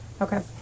Okay